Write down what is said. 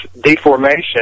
deformation